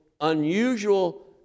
unusual